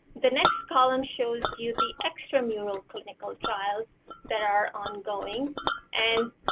the next column shows you the extramural clinical trials that are ongoing and